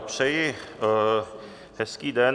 Přeji hezký den.